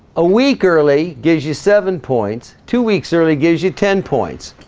a week early gives you seven points two weeks early gives you ten points.